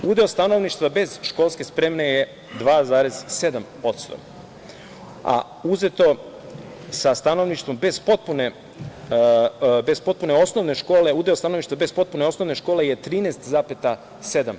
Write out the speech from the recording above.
Udeo stanovništva bez školske spreme je 2,7%, a uzeto sa stanovništvom bez potpune osnovne škole, udeo stanovništva bez potpune osnovne škole je 13,7%